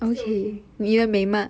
still okay